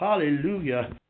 Hallelujah